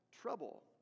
trouble